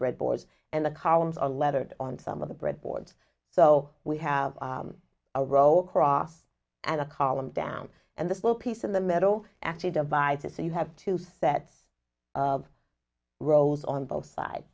bread boards and the columns are lettered on some of the bread boards so we have a row across and a column down and this little piece in the middle actually devices so you have two sets of rows on both sides